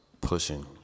pushing